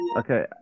okay